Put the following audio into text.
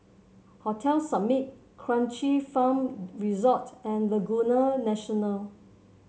Hotel Summit Kranji Farm Resort and Laguna National